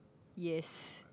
yes